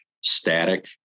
static